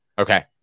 Okay